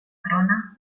trone